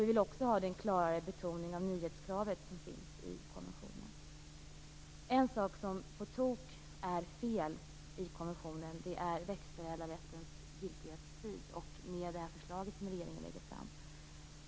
Vi vill också att det skall vara en starkare betoning av det nyhetskrav som finns i konventionen. En sak som är på tok fel i konventionen är växtförädlarrättens giltighetstid. Detsamma gäller det förslag som regeringen lägger fram.